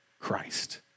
Christ